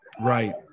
right